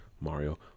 Mario